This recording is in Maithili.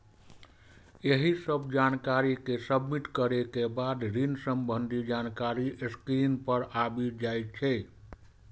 एहि सब जानकारी कें सबमिट करै के बाद ऋण संबंधी जानकारी स्क्रीन पर आबि जाइ छै